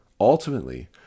Ultimately